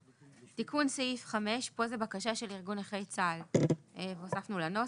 תיקון סעיף 5. פה זו בקשה של ארגון נכי צה"ל והוספנו לנוסח.